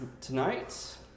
tonight